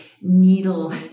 needle